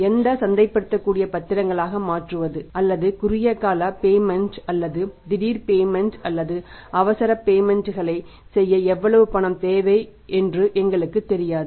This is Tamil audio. எந்த சந்தைப்படுத்தக்கூடிய பத்திரங்களாக மாற்றுவது அல்லது குறுகிய கால பேமெண்ட் களைச் செய்ய எவ்வளவு பணம் தேவை என்று எங்களுக்குத் தெரியாது